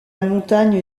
montagne